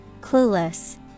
clueless